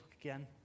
again